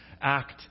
act